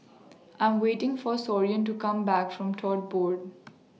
I'm waiting For Soren to Come Back from Tote Board